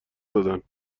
دادن